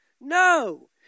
No